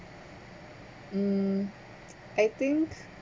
mm I think